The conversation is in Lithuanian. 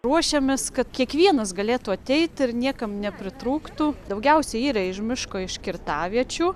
ruošiamės kad kiekvienas galėtų ateit ir niekam nepritrūktų daugiausia yra iš miško iš kirtaviečių